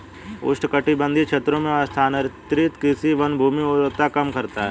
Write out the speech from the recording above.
उष्णकटिबंधीय क्षेत्रों में स्थानांतरित कृषि वनभूमि उर्वरता कम करता है